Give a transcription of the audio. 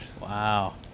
Wow